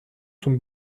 sont